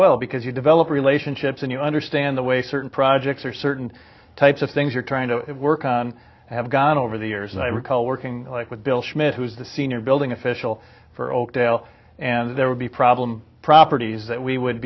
well because you develop relationships and you understand the way certain projects are certain types of things you're trying to work on have gone over the years and i recall working like with bill schmidt who was the senior building official for oakdale and there would be problem properties that we would